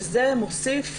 שזה מוסיף